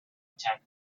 attack